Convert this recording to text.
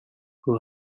who